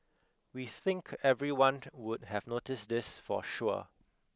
we think everyone would have noticed this for sure